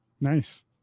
Nice